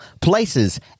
places